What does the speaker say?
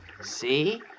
See